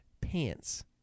pants